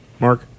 Mark